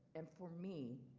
and for me,